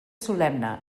solemne